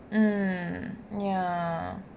mm ya